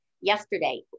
yesterday